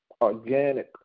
organic